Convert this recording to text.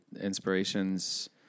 inspirations